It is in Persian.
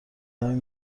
همین